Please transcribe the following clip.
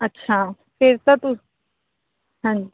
ਅੱਛਾ ਫੇਰ ਤਾਂ ਤੁਸ ਹਾਂਜੀ